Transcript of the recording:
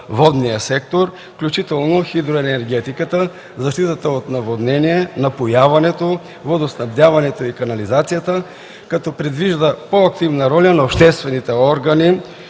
водния сектор, включително хидроенергетиката, защитата от наводнения, напояването, водоснабдяването и канализацията, като предвижда по-активна роля на обществените органи